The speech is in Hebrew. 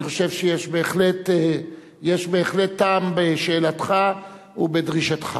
אני חושב שיש בהחלט טעם בשאלתך ובדרישתך.